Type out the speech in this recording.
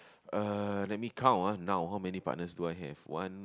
uh let me count ah now how many partners do I have one